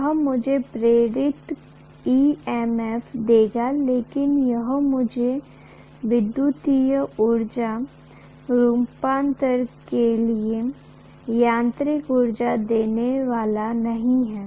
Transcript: यह मुझे प्रेरित EMF देगा लेकिन यह मुझे विद्युत ऊर्जा रूपांतरण के लिए यांत्रिक ऊर्जा देने वाला नहीं है